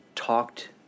talked